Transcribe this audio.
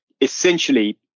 essentially